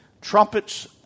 trumpets